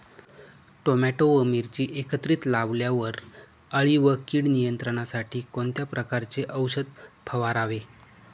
Tomato व मिरची एकत्रित लावल्यावर अळी व कीड नियंत्रणासाठी कोणत्या प्रकारचे औषध फवारावे?